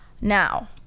Now